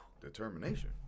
determination